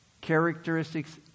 Characteristics